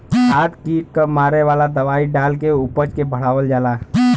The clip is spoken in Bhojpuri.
खाद कीट क मारे वाला दवाई डाल के उपज के बढ़ावल जाला